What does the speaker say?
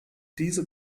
diese